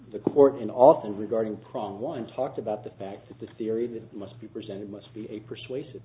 the court an awful regarding prong one talked about the fact that the theory that must be presented must be a persuasive